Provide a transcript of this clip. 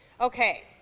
okay